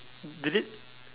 did it